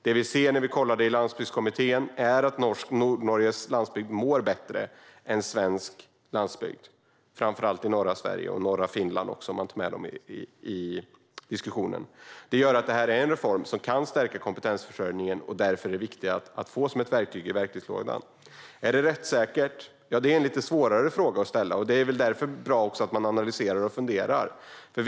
Det vi såg när vi i Landsbygdskommittén kollade var att Nordnorges landsbygd mår bättre än svensk landsbygd, framför allt i norra Sverige - och även i norra Finland, om man tar med dem i diskussionen. Det gör att detta är en reform som kan stärka kompetensförsörjningen och därför är viktig att få som verktyg i verktygslådan. Är det då rättssäkert? Det är en lite svårare fråga att besvara, och därför är det väl bra att man analyserar och funderar.